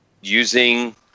using